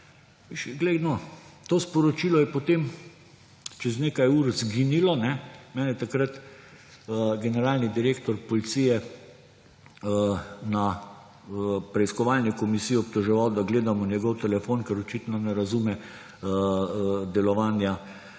glej no, to sporočilo je potem čez nekaj ur izginilo. Mene je takrat generalni direktor policije na preiskovalni komisiji obtoževal, da gledam v njegov telefon ‒ ker očitno ne razume delovanja